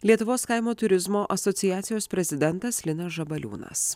lietuvos kaimo turizmo asociacijos prezidentas linas žabaliūnas